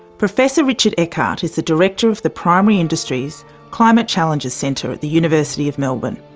professor richard eckard is the director of the primary industries climate challenges centre at the university of melbourne.